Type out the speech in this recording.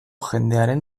jendearen